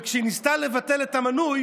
וכשהיא ניסתה לבטל את המנוי